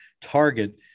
target